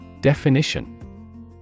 Definition